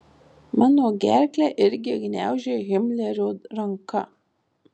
mano gerklę irgi gniaužia himlerio ranka